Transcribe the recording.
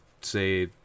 say